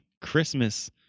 Christmas